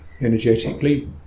energetically